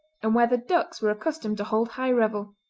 and where the ducks were accustomed to hold high revel.